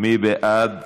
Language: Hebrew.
סעיף 1,